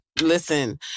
Listen